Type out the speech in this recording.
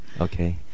Okay